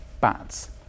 bats